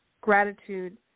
gratitude